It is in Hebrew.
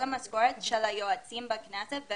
משכורת היועצים בכנסת.